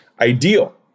ideal